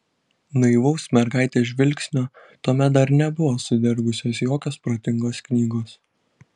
naivaus mergaitės žvilgsnio tuomet dar nebuvo sudergusios jokios protingos knygos